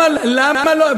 לא שלחת.